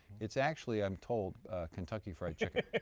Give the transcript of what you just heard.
it's actually i'm told kentucky fried chicken.